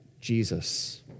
Jesus